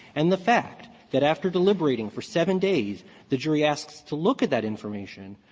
and the fact, that after deliberating for seven days the jury asks to look at that information,